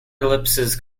ellipses